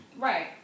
Right